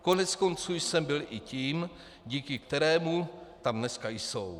Koneckonců jsem byl i tím, díky kterému tam dneska jsou.